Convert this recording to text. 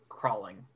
Crawling